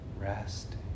rest